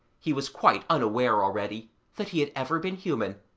he was quite unaware already that he had ever been human,